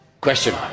question